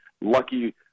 lucky